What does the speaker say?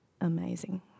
amazing